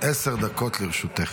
עשר דקות לרשותך.